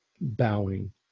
bowing